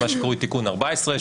מה שקרוי תיקון 14,